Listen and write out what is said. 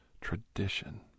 tradition